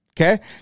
Okay